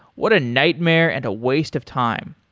what a nightmare and a waste of time.